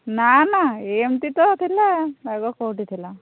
ନା ନା ଏମିତି ତ ଥିଲା ବାଗ କେଉଁଠି ଥିଲା